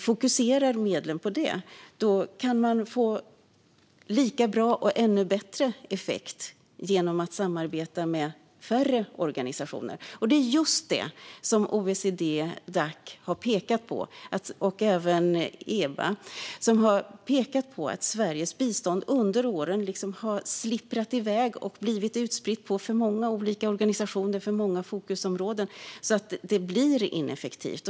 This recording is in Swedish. Fokuserar man medlen på detta kan man få lika bra eller ännu bättre effekt genom att samarbeta med färre organisationer. OECD-Dac och även EWA har pekat på att Sveriges bistånd under åren har slirat iväg och spritts ut på för många olika organisationer och fokusområden, vilket gör det ineffektivt.